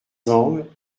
angles